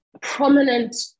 Prominent